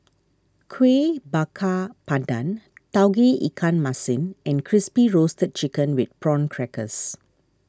Kueh Bakar Pandan Tauge Ikan Masin and Crispy Roasted Chicken with Prawn Crackers